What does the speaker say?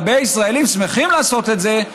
הרבה ישראלים שמחים לעשות את זה,